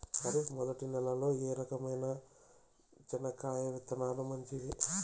ఖరీఫ్ మొదటి నెల లో ఏ రకమైన చెనక్కాయ విత్తనాలు మంచివి